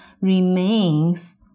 remains